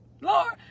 Lord